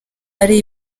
ari